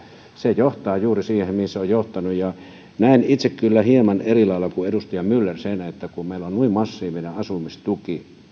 se johtaa juuri siihen mihin se on johtanut näen itse kyllä hieman eri lailla kuin edustaja myller sen että kun meillä on noin massiivinen asumistuki